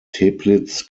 teplitz